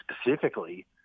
specifically